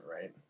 right